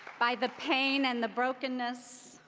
by the pain and the brokenness,